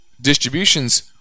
distributions